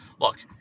look